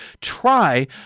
try